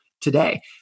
today